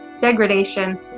degradation